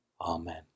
Amen